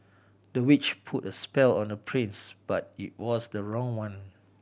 the witch put a spell on the prince but it was the wrong one